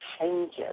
changes